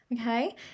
okay